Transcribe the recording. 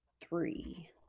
three